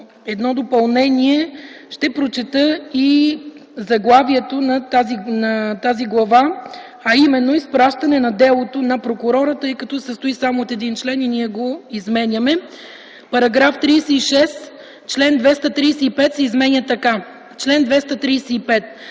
едно допълнение. Ще прочета и заглавието на тази глава, а именно „Изпращане на делото на прокурора”, тъй като се състои само от един член и ние го изменяме. „§ 36. Член 235 се изменя така: